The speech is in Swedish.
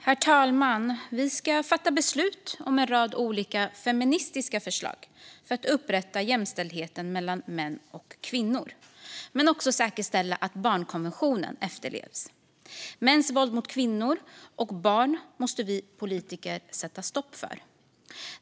Herr talman! Vi ska fatta beslut om en rad olika feministiska förslag för att upprätta jämställdheten mellan män och kvinnor men också säkerställa att barnkonventionen efterlevs. Mäns våld mot kvinnor och barn måste vi politiker sätta stopp för.